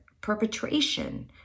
perpetration